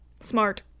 smart